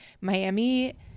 Miami